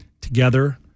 Together